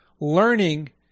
learning